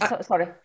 Sorry